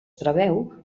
preveu